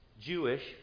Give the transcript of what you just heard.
Jewish